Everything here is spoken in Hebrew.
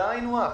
זה היינו הך.